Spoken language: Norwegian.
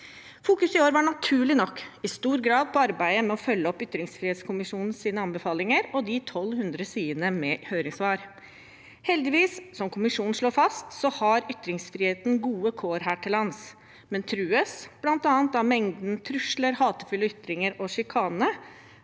Fokuset i år var naturlig nok i stor grad på arbeidet med å følge opp ytringsfrihetskommisjonens anbefalinger og de 1 200 sidene med høringssvar. Heldigvis – som kommisjonen slår fast – har ytringsfriheten gode kår her til lands, men den trues bl.a. av mengden trusler, hatefulle ytringer og sjikane